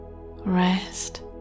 rest